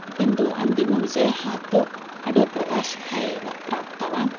किन्तु अन्तिमविजयः तु अडुर् प्रकाशः एव प्राप्तवान्